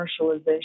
commercialization